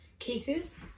cases